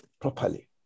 properly